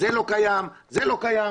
אבל זה לא קיים וזה לא קיים.